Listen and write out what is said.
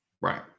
Right